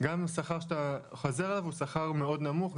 גם אם השכר שאתה חוזר אליו הוא שכר מאוד נמוך,